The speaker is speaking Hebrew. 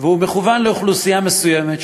והוא מכוון לאוכלוסייה מסוימת,